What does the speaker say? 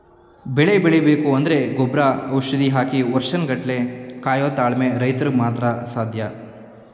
ಬೆಳೆ ಬೆಳಿಬೇಕು ಅಂದ್ರೆ ಗೊಬ್ರ ಔಷಧಿ ಹಾಕಿ ವರ್ಷನ್ ಗಟ್ಲೆ ಕಾಯೋ ತಾಳ್ಮೆ ರೈತ್ರುಗ್ ಮಾತ್ರ ಸಾಧ್ಯ